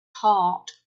heart